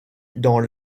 dans